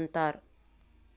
ಅಂತಾರ್